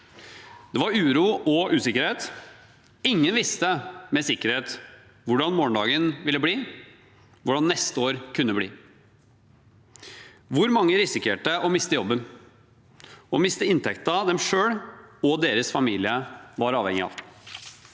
Det var uro og usikkerhet. Ingen visste med sikkerhet hvordan morgendagen ville bli, hvordan neste år kunne bli, hvor mange som risikerte å miste jobben og miste inntekten de selv og deres familie var avhengig av.